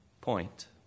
point